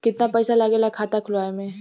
कितना पैसा लागेला खाता खोलवावे में?